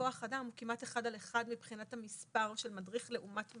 וכוח אדם הוא כמעט אחד על אחד מבחינת המספר של מדריך וחוסה.